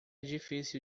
difícil